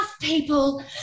people